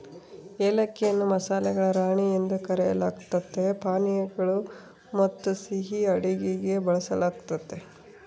ಏಲಕ್ಕಿಯನ್ನು ಮಸಾಲೆಗಳ ರಾಣಿ ಎಂದು ಕರೆಯಲಾಗ್ತತೆ ಪಾನೀಯಗಳು ಮತ್ತುಸಿಹಿ ಅಡುಗೆಗೆ ಬಳಸಲಾಗ್ತತೆ